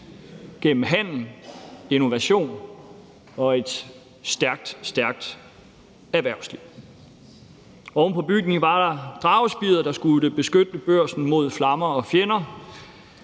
gennem handel, innovation og et stærkt, stærkt erhvervsliv. Oven på bygningen var der Dragespiret, der skulle beskytte Børsen mod flammer og fjender,